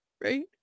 right